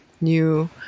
new